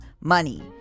money